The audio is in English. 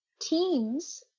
teams